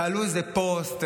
תעלו איזה פוסט,